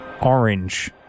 orange